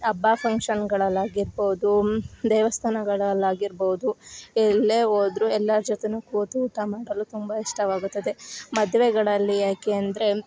ಹಬ್ಬ ಫಂಕ್ಷನ್ಗಳಲ್ಲಿ ಆಗಿರ್ಬೌದು ದೇವಸ್ತಾನಗಳಲ್ ಆಗಿರ್ಬೌದು ಎಲ್ಲೇ ಹೋದ್ರು ಎಲ್ಲಾರ ಜೊತೆ ಕೂತು ಊಟ ಮಾಡಲು ತುಂಬ ಇಷ್ಟವಾಗುತ್ತದೆ ಮದುವೆಗಳಲ್ಲಿ ಯಾಕೆ ಅಂದರೆ